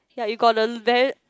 yea you got the very